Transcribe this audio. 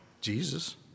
Jesus